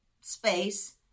space